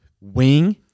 wing